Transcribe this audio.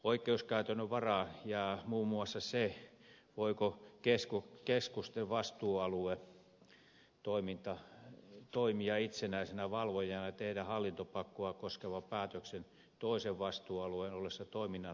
oikeuskäytännön varaan jää muun muassa se voiko keskusten vastuualue toimia itsenäisenä valvojana ja tehdä hallintopakkoa koskevan päätöksen toisen vastuualueen ollessa toiminnan harjoittajana